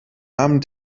armen